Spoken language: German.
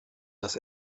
das